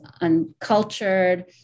uncultured